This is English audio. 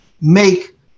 make